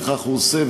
וכך הוא עושה,